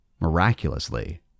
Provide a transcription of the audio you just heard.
Miraculously